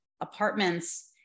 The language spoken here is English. apartments